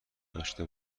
داشته